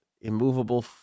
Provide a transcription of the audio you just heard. immovable